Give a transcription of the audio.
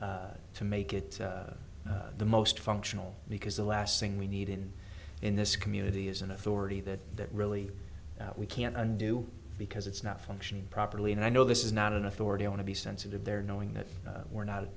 it to make it the most functional because the last thing we need in in this community is an authority that that really we can't undo because it's not functioning properly and i know this is not an authority i want to be sensitive there knowing that we're not